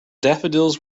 daffodils